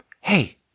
Hey